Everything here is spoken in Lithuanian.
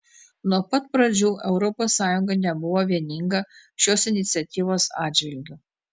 nuo pat pradžių europos sąjunga nebuvo vieninga šios iniciatyvos atžvilgiu